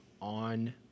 On